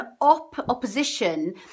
opposition